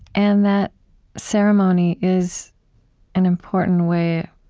and that ceremony is an important way